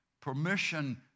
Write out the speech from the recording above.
Permission